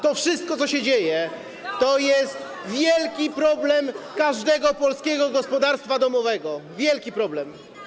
To wszystko, co się dzieje, to jest wielki problem każdego polskiego gospodarstwa domowego, wielki problem.